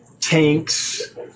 tanks